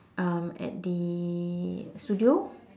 um at the studio